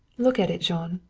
look at it, jean,